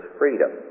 freedom